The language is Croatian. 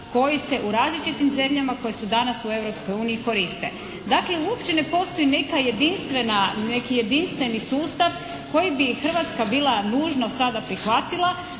koji se u različitim zemljama koje se danas u Europskoj uniji koriste. Dakle, uopće ne postoji neka jedinstvena, neki jedinstveni sustav koji bi Hrvatska bila nužno sada prihvatila